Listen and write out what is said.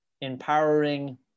empowering